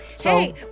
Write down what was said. Hey